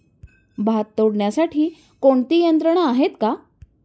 भात तोडण्यासाठी कोणती यंत्रणा आहेत का?